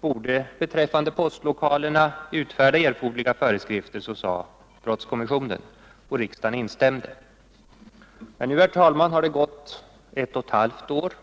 borde beträffande postlokalerna utfärda erforderliga föreskrifter, sade brottskommissionen, och riksdagen instämde. Men nu, herr talman, har dei gått ett och ett halvt år sedan dess.